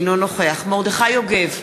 אינו נוכח מרדכי יוגב,